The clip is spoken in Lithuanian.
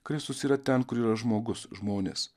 kristus yra ten kur yra žmogus žmonės